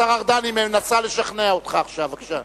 השר ארדן, היא מנסה לשכנע אותך עכשיו.